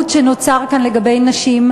הטיפול בעיוות שנוצר כאן לגבי נשים.